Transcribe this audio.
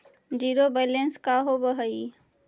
Zero balance का होव हइ?